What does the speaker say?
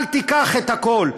אל תיקח את הכול.